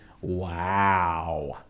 Wow